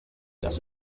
das